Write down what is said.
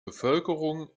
bevölkerung